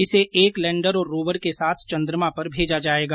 इसे एक लेंडर और रोवर के साथ चंद्रमा पर भेजा जाएगा